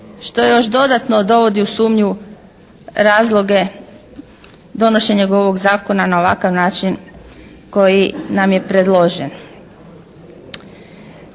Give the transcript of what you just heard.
što još dodatno dovodi u sumnju razloge donošenja ovog zakona na ovakav način koji nam je predložen.